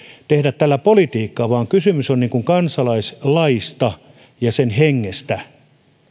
tehdä tällä politiikkaa vaan kysymys on kansalaislaista ja sen hengestä